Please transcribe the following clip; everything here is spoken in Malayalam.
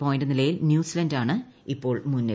പോയിന്റ് നിലയിൽ ന്യൂസിലാന്റാണ് ഇപ്പോൾ മുന്നിൽ